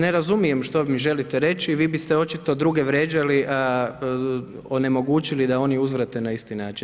Ne razumijem što mi želite reći, vi biste očito druge vrijeđali a onemogućili da oni uzvrate na isti način.